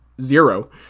zero